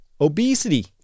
Obesity